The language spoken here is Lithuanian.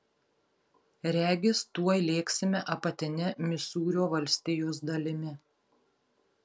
regis tuoj lėksime apatine misūrio valstijos dalimi